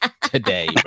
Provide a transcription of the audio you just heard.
today